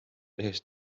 tehes